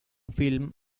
film